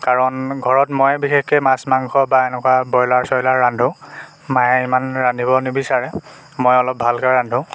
কাৰণ ঘৰত মই বিশেষকৈয়ে মাছ মাংস বা এনেকুৱা ব্ৰয়লাৰ চইলাৰ ৰান্ধো মায়ে ইমান ৰান্ধিব নিবিচাৰে মই অলপ ভালকৈ ৰান্ধো